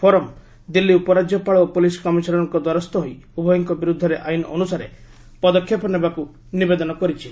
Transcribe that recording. forum Delhi ଉପରାକ୍ୟପାଳ ଓ police କମିଶନରଙ୍କ ଦ୍ୱାରସ୍ଥ ହୋଇ ଉଭୟଙ୍କ ବିରୁଦ୍ଧରେ ଆଇନ ଅନୁସାରେ ପଦକ୍ଷେପ ନେବାକୁ ନିବେଦନ କରିଛି